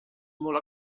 molt